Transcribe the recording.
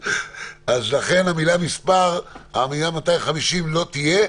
לכן המילה "250" לא תהיה.